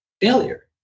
failure